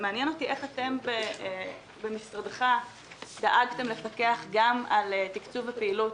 מעניין אותי: איך אתם במשרדך דאגתם לפקח גם על תקצוב פעילות